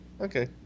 Okay